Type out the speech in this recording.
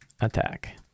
attack